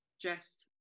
Jess